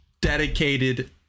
dedicated